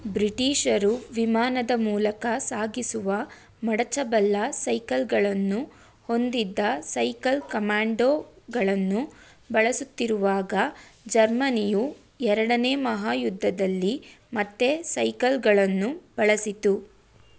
ಬ್ರಿಟೀಷರು ವಿಮಾನದ ಮೂಲಕ ಸಾಗಿಸುವ ಮಡಚಬಲ್ಲ ಸೈಕಲ್ಗಳನ್ನು ಹೊಂದಿದ್ದ ಸೈಕಲ್ ಕಮಾಂಡೋಗಳನ್ನು ಬಳಸುತ್ತಿರುವಾಗ ಜರ್ಮನಿಯು ಎರಡನೇ ಮಹಾಯುದ್ಧದಲ್ಲಿ ಮತ್ತೆ ಸೈಕಲ್ಗಳನ್ನು ಬಳಸಿತು